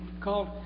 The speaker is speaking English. called